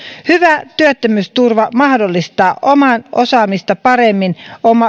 hyvä työttömyysturva mahdollistaa omaa osaamista paremmin